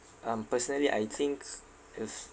um personally I think if